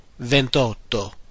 ventotto